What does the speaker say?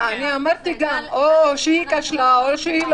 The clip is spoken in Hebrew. ניר טופר, מנהל המתנ"ס